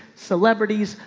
celebrities,